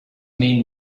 men